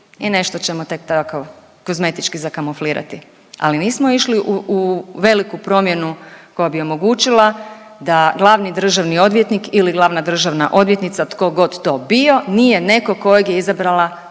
i nešto ćemo tek tako kozmetički zakamuflirati, ali nismo išli u veliku promjenu koja bi omogućila da glavni državni odvjetnik ili glavna državna odvjetnica, tko god to bio, nije neko kojeg je izabrala